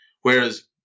Whereas